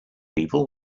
people